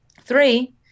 Three